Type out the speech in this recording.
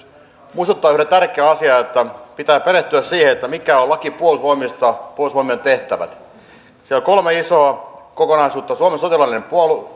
muistuttaa yhden tärkeän asian pitää perehtyä siihen mitä on laki puolustusvoimista puolustusvoimien tehtävät siellä on kolme isoa kokonaisuutta suomen sotilaallinen